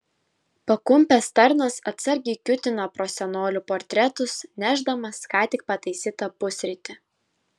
pakumpęs tarnas atsargiai kiūtina pro senolių portretus nešdamas ką tik pataisytą pusrytį